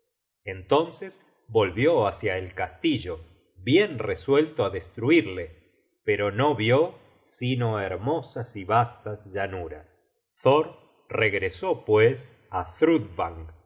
entonces volvió hácia el castillo bien resuelto á destruirle pero no vió sino hermosas y vastas llanuras thor regresó pues á